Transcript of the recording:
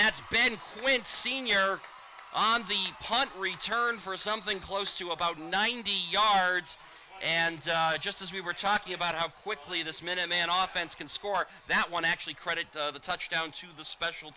that's been when senior on the punt return for something close to about ninety yards and just as we were talking about how quickly this minute man often can score that one actually credit to the touchdown to the special